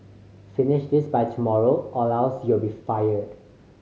finish this by tomorrow or else you'll be fired